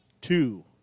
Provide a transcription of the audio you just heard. two